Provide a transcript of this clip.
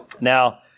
Now